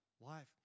Life